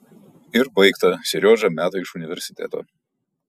ir baigta seriožą meta iš universiteto